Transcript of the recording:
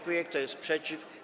Kto jest przeciw?